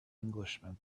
englishman